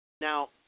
Now